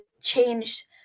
changed